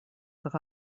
как